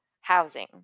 housing